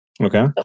Okay